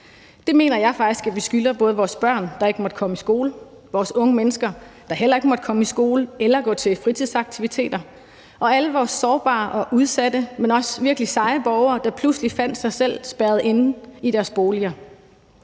Det mener jeg faktisk at vi skylder både vores børn, der ikke måtte komme i skole, vores unge mennesker, der heller ikke måtte komme i skole eller gå til fritidsaktiviteter, og alle vores sårbare og udsatte, men også virkelig seje borgere, der pludselig fandt sig selv spærret inde i deres boliger.